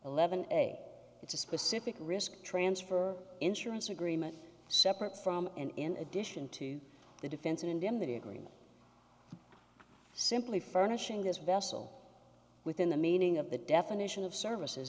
eleven it's a specific risk transfer insurance agreement separate from and in addition to the defense indemnity agreement simply furnishing this vessel within the meaning of the definition of services